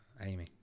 Amy